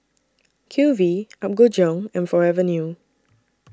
Q V Apgujeong and Forever New